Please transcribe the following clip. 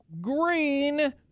Green